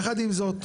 יחד עם זאת,